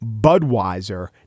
Budweiser